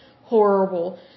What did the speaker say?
horrible